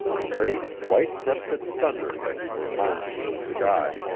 great, white-crested thunder heads were mounting in the sky,